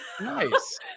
Nice